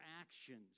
actions